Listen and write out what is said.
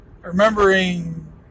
remembering